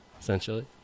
essentially